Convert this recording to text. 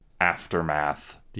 aftermath